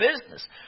business